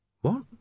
What